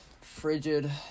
frigid